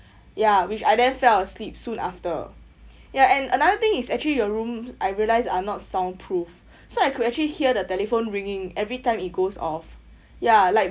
ya which I then fell asleep soon after ya and another thing is actually your room I realise are not sound proof so I could actually hear the telephone ringing every time it goes off ya like